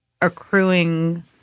accruing